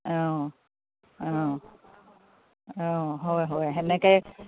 অঁ অঁ অঁ হয় হয় তেনেকৈ